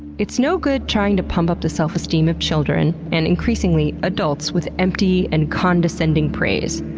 it's no good trying to pump up the self-esteem of children, and increasingly, adults, with empty and condescending praise.